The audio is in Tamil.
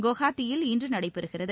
குவஹாத்தியில் இன்று நடைபெறுகிறது